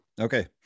okay